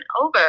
over